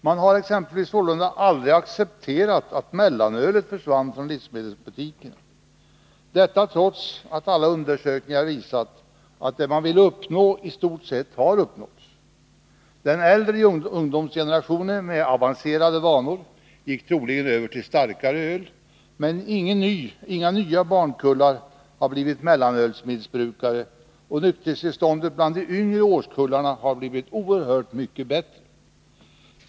Man har sålunda exempelvis aldrig accepterat att mellanölet försvann från livsmedelsbutikerna, detta trots att alla undersökningar visat att det man ville uppnå i stort sett har uppnåtts. Den äldre ungdomsgenerationen med avancerade vanor gick troligen över till starköl, men inga nya barnkullar har blivit mellanölsmissbrukare, och nykterhetstillståndet bland de yngre årskullarna har blivit oerhört mycket bättre.